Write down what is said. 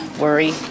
worry